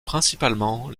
principalement